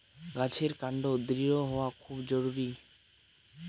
গাছের কান্ড দৃঢ় হওয়া খুব জরুরি